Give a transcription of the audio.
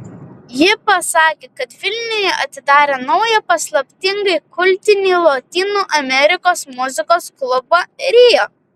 ji pasakė kad vilniuje atidarė naują paslaptingai kultinį lotynų amerikos muzikos klubą rio